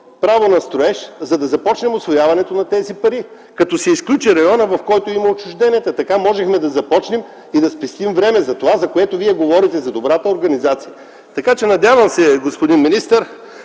право на строеж, за да започнем усвояването на тези пари. Като се изключи районът, в който има отчуждения. Така можем да започнем и да спестим време. Това, за което Вие говорите – за добрата организация. Надявам се, господин министър,